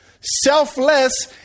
Selfless